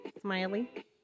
Smiley